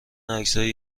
عکسهای